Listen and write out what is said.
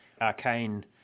arcane